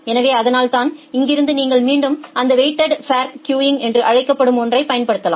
எனவே அதனால்தான் இங்கிருந்து நீங்கள் மீண்டும் இந்த வெயிட்டெட் ஃபோ் கியூங் என்று அழைக்கப்படும் ஒன்றை பயன்படுத்தலாம்